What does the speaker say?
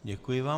Děkuji vám.